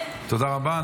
תודה רבה.